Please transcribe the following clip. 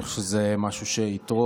אני חושב שזה משהו שיתרום,